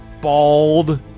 bald